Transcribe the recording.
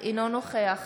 אינו נוכח